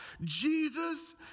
Jesus